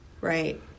Right